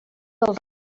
del